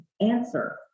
answer